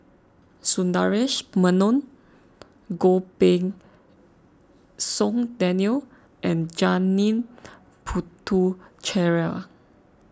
Sundaresh Menon Goh Pei Siong Daniel and Janil Puthucheary